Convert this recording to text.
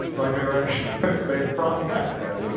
like they were actually, they had brought em back as is.